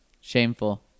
Shameful